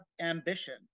ambition